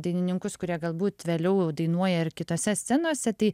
dainininkus kurie galbūt vėliau dainuoja ir kitose scenose tai